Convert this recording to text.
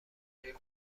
برای